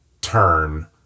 turn